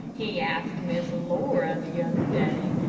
he asked miss laura the other day,